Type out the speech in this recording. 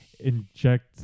inject